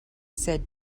said